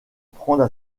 prendre